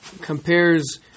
compares